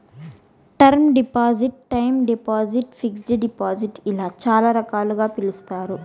term deposit time deposit fixed deposit ఇలా చాలా రకాలుగా పిలుస్తారు